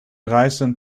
reisden